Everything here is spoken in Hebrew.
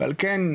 ועל כן,